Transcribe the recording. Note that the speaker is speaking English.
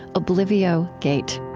oblivio gate